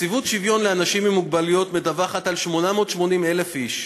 נציבות שוויון זכויות לאנשים עם מוגבלות מדווחת על 880,000 איש.